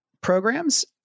programs